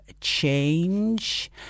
change